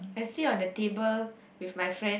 I sit on the table with my friend